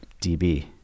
DB